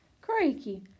Crikey